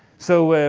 so